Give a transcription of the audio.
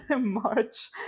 March